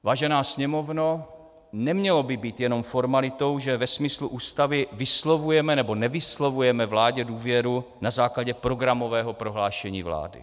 Vážená Sněmovno, nemělo by být jenom formalitou, že ve smyslu Ústavy vyslovujeme nebo nevyslovujeme vládě důvěru na základě programového prohlášení vlády.